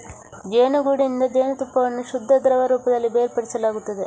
ಜೇನುಗೂಡಿನಿಂದ ಜೇನುತುಪ್ಪವನ್ನು ಶುದ್ಧ ದ್ರವ ರೂಪದಲ್ಲಿ ಬೇರ್ಪಡಿಸಲಾಗುತ್ತದೆ